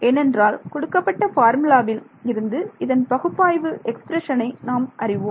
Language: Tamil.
ஏனென்றால் கொடுக்கப்பட்ட ஃபார்முலாவில் இருந்து இதன் பகுப்பாய்வு எக்ஸ்பிரஷனை நாம் அறிவோம்